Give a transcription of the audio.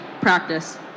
practice